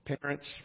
Parents